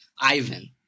Ivan